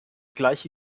gleiche